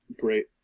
Great